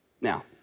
Now